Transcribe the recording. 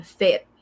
fit